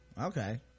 okay